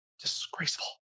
Disgraceful